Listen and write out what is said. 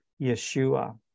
Yeshua